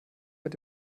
mit